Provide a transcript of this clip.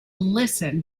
listen